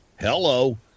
Hello